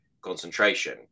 concentration